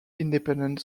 independent